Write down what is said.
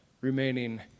remaining